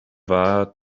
waren